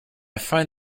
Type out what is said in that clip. find